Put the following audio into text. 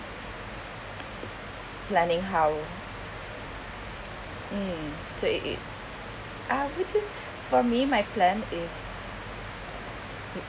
planning how mm to it it I wouldn't for me my plan is